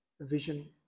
vision